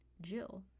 Jill